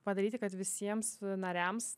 padaryti kad visiems nariams